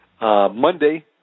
Monday